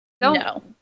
No